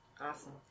awesome